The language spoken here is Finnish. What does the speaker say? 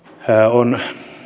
on